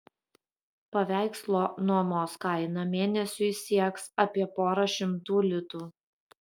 paveikslo nuomos kaina mėnesiui sieks apie porą šimtų litų